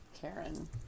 Karen